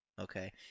okay